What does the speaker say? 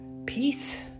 peace